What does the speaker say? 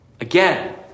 Again